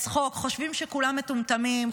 חושבים שכולם מטומטמים.